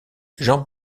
jean